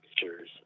pictures